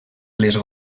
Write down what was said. les